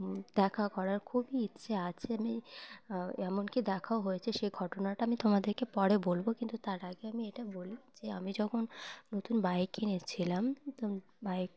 দেখা করার খুবই ইচ্ছে আছে আমি এমনকি দেখাও হয়েছে সেই ঘটনাটা আমি তোমাদেরকে পরে বলবো কিন্তু তার আগে আমি এটা বলি যে আমি যখন নতুন বাইক কিনেছিলাম তো বাইক